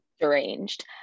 deranged